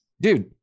dude